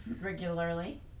Regularly